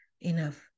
enough